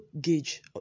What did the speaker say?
gauge